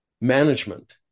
management